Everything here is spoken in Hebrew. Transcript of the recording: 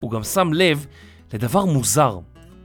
הוא גם שם לב לדבר מוזר.